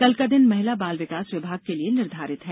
कल का दिन महिला बाल विकास विभाग के लिए निर्धारित है